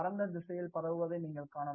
இது பரந்த திசையில் பரவுவதை நீங்கள் காணலாம்